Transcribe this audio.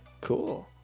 Cool